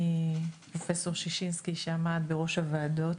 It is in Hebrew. מפרופ' ששינסקי שעמד בראש הוועדות,